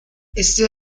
éste